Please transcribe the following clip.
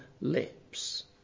lips